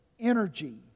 Energy